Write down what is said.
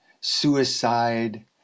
suicide